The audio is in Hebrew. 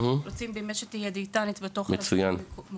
אנחנו רוצים שתהיה דיאטנית בתוך הרשות המקומית,